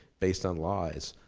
based on lies,